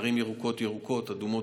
שערים ירוקות הן ירוקות ואדומות,